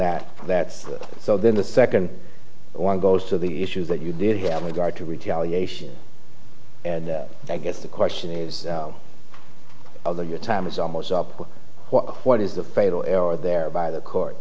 that that's so then the second one goes to the issues that you did have a guard to retaliation and i guess the question is whether your time is almost up with what is the fatal error there by the court